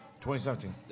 2017